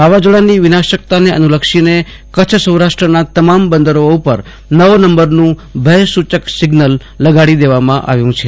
વાવાઝોડાની વિનાશકતા ને અનુલક્ષીને કચ્છ સૌરાષ્ટ્રના તમામ બંદરો પર નવનંબરનું ભથસુચક સિઝ્નલ લગાડી દેવામાં આવ્યું છે